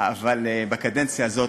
בקדנציה הזאת.